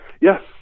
yes